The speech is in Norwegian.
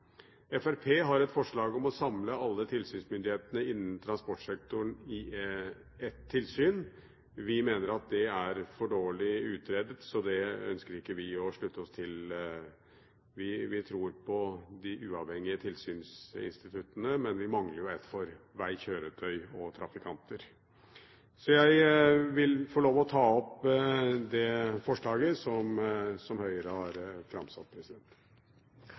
Fremskrittspartiet har et forslag om å samle alle tilsynsmyndighetene innen transportsektoren i ett tilsyn. Vi mener at det er for dårlig utredet, så det ønsker ikke vi å slutte oss til. Vi tror på de uavhengige tilsynsinstituttene, men vi mangler et for vei, kjøretøy og trafikanter. Jeg vil få lov til å ta opp forslaget fra Høyre og Kristelig Folkeparti. Representanten Øyvind Halleraker har tatt opp det forslaget